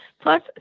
Plus